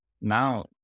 now